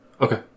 Okay